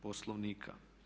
Poslovnika.